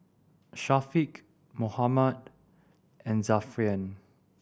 Syafiq Muhammad and Zafran